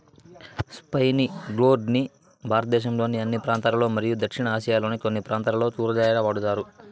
spiny gourd ని భారతదేశంలోని అన్ని ప్రాంతాలలో మరియు దక్షిణ ఆసియాలోని కొన్ని ప్రాంతాలలో కూరగాయగా వాడుతారు